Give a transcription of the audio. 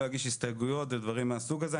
לא אגיש הסתייגויות ודברים מן הסוג הזה.